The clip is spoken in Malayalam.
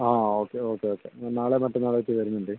ആ ഓക്കെ ഓക്കെ ഓക്കെ ഞാൻ നാളെയോ മറ്റന്നാളോ ആയിട്ട് വരുന്നുണ്ട്